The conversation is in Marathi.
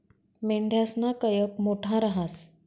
मेंढयासना कयप मोठा रहास